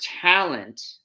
talent